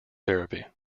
therapy